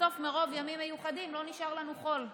בסוף מרוב ימים מיוחדים לא נשאר לנו חול.